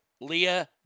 Leah